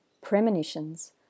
premonitions